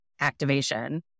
activation